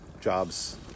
jobs